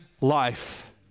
life